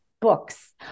books